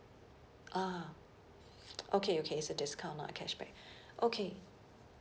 ah okay okay it's a discount not a cashback okay